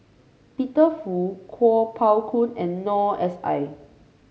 Peter Fu Kuo Pao Kun and Noor S I